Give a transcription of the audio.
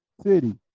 city